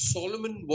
Solomon